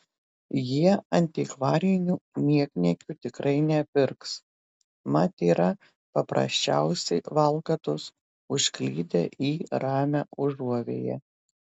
jie antikvarinių niekniekių tikrai nepirks mat yra paprasčiausi valkatos užklydę į ramią užuovėją